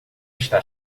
está